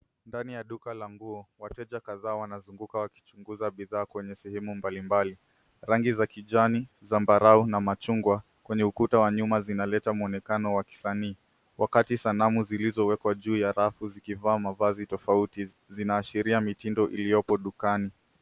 Ndani ya duka la nguo, wateja kadhaa wanazunguka wakichunguza bidhaa kwenye sehemu mbalimbali. Rangi za kijani, zambarau na machungwa kwenye ukuta wa nyuma zinaleta mwonekano wa kisanii wakati sanamu zilizowekwa juu ya rafu zikivaa mavazi tofauti. Zinaashiria mitindo iliyopo dukani.